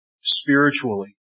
spiritually